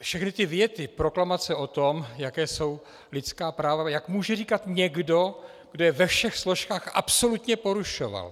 Všechny ty věty, proklamace o tom, jaká jsou lidská práva jak může říkat někdo, kdo je ve všech složkách absolutně porušoval!